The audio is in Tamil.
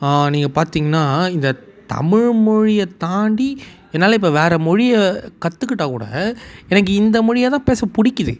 நீங்கள் பார்த்திங்கன்னா இந்த தமிழ்மொழியை தாண்டி என்னால் இப்போ வேறு மொழியை கற்றுக்கிட்டாக்கூட எனக்கு இந்த மொழியைதான் பேச பிடிக்கிது